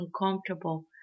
uncomfortable